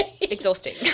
Exhausting